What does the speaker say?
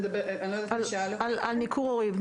את מדברת על, על ניכור הורי.